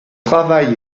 travail